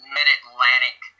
Mid-Atlantic